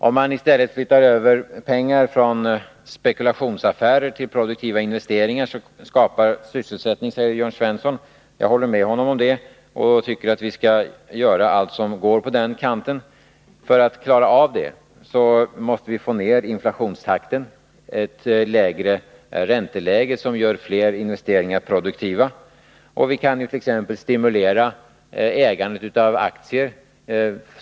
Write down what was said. Om man i stället flyttar över pengar från spekulationsaffärer till produktiva investeringar, så skapar man därmed sysselsättning, säger Jörn Svensson. Jag håller med honom om det. Och jag tycker att vi skall göra allt som går att göra på den kanten. För att klara av det måste vi få ned inflationstakten. Vi måste ha ett lägre ränteläge som gör fler investeringar produktiva. Vi kant.ex. stimulera ägandet av aktier.